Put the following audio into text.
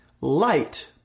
Light